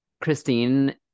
Christine